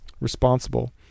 responsible